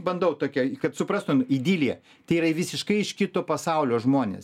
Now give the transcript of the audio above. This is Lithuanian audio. bandau tokią kad suprastum idiliją tai yra visiškai iš kito pasaulio žmonės